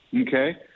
okay